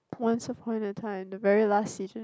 once upon a time the very last season